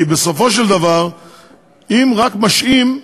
כי בסופו של דבר אם רק משעים,